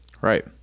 Right